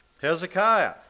Hezekiah